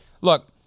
look